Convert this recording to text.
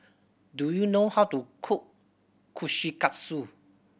do you know how to cook Kushikatsu